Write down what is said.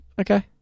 okay